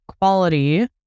quality